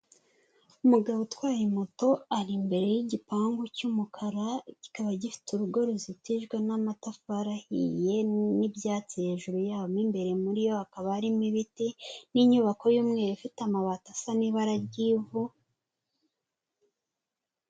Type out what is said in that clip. Umugabo utwaye moto ari imbere y'igipangu cy'umukara, kikaba gifite urugo ruzitijwe n'amatafari ahiye n'ibyatsi hejuru yaho, mo imbere muri yo hakaba harimo ibiti n'inyubako y'umweru ifite amabati asa n'ibara ry'ivu.